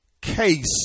case